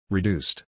Reduced